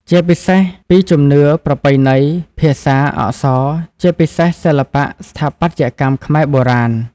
ជាពិសេសពីជំនឿ ប្រពៃណី ភាសា អក្សរ ជាពិសេសសិល្បៈស្ថាបត្យកម្មខ្មែរបុរាណ។